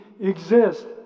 exist